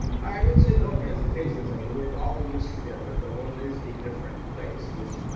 i would say no hesitations. i mean, we're all in this together. the world is a different place, which,